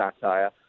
satire